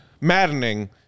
maddening